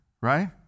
right